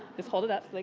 just hold it up like